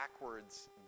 backwards